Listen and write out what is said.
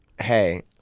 hey